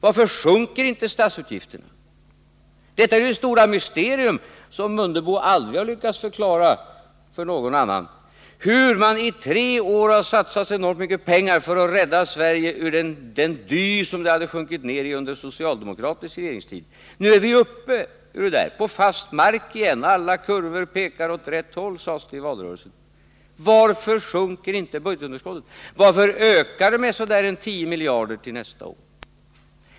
Varför sjunker inte statsutgifterna? Detta är det stora mysterium som Ingemar Mundebo aldrig lyckats förklara för någon. I tre år satsade regeringen enorma summor för att rädda Sverige ur den dy det hade sjunkit ned i under socialdemokratisk regeringstid. Nu är vi ju uppe urden, på fast mark igen. Alla kurvor pekar åt rätt håll, sades det i valrörelsen. Varför minskar då inte budgetunderskottet? Varför ökar det med omkring 10 miljarder till nästa budgetår?